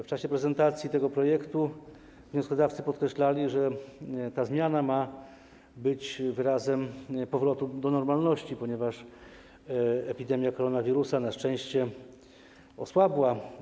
W czasie prezentacji projektu wnioskodawcy podkreślali, że ta zmiana ma być wyrazem powrotu do normalności, ponieważ epidemia koronawirusa na szczęście osłabła.